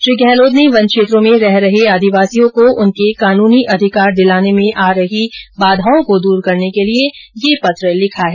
श्री गहलोत ने वन क्षेत्रों में रह रहे आदिवासियों को उनके कानूनी अधिकार दिलाने में आ रही बाधाओं को दूर करने के लिए ये पत्र लिखा है